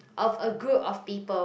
of a group of people